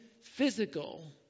physical